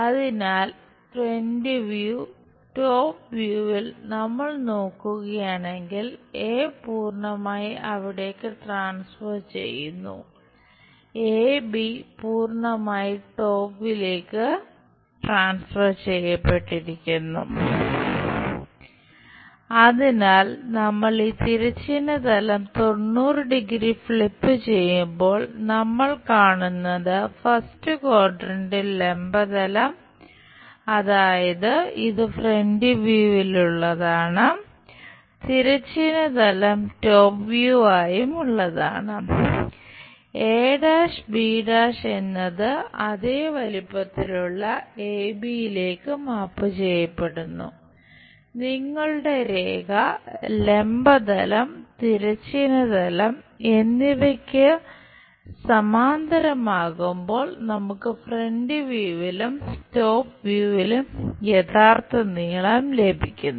അതിനാൽ നമ്മൾ ഈ തിരശ്ചീന തലം 90 ഡിഗ്രി യഥാർത്ഥ നീളം ലഭിക്കും